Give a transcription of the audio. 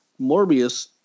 Morbius